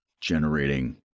generating